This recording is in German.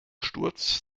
sturz